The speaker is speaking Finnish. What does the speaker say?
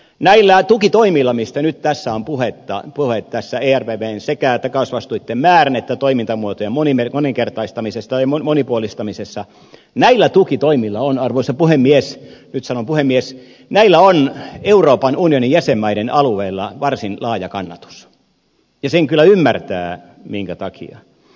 näillä tukitoimilla mistä nyt on puhe tässä ervvn sekä takausvastuitten määrän että toimintamuotojen monipuolistamisessa on arvoisa puhemies nyt sanon puhemies euroopan unionin jäsenmaiden alueella varsin laaja kannatus ja sen kyllä ymmärtää minkä takia